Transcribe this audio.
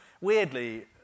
weirdly